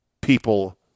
people